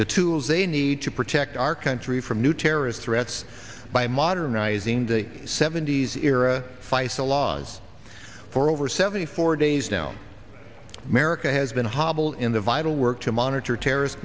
the tools they need to protect our country from new terrorist threats by modernizing the seventy's era faisel laws for over seventy four days now america has been hobbled in the vital work to monitor terrorist